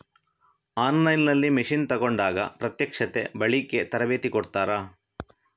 On line ನಲ್ಲಿ machine ತೆಕೋಂಡಾಗ ಪ್ರತ್ಯಕ್ಷತೆ, ಬಳಿಕೆ, ತರಬೇತಿ ಕೊಡ್ತಾರ?